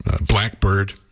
Blackbird